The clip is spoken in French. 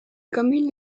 communes